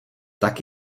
tak